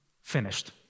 finished